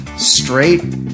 Straight